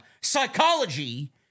psychology